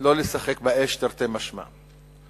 לא לשחק באש, תרתי משמע.